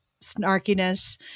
snarkiness